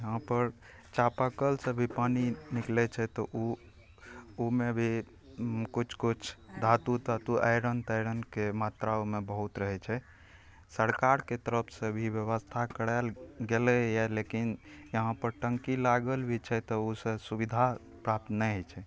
यहाँपर चापा कलसँ भी पानि निकलय छै तऽ उ उमे भी किछु किछु धातु तत्व आइरन ताइरनके मात्रा ओइमे बहुत रहय छै सरकारके तरफसँ भी व्यवस्था करायल गेलइए लेकिन वहाँपर टङ्की लागल भी छै तऽ उ से सुविधा प्राप्त नहि होइ छै